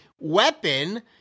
weapon